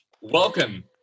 Welcome